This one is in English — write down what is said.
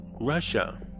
Russia